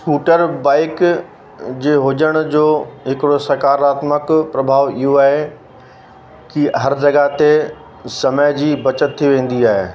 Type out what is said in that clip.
scooter bike जे हुजण जो हिकिड़ो सकारात्मक प्रभाव इहो आहे कि हर जॻहि ते समय जी बचति थी आहे